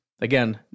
Again